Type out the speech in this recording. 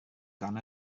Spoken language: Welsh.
gan